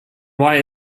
why